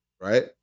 right